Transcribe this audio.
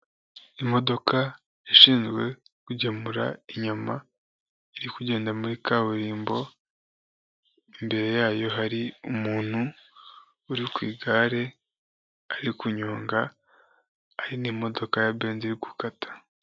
Ububiko bwi'ibyokunywa bukubiyemo imitobe umuhondo, umutuku n'amata bubitse mu buryo bwo kugirango bukonjeshwe bukunze kwifashishwa n'abacuruzi kugira ibyo kunywa bidapfa kandi babishyikirize abaguzi bimeze neza.